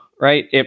right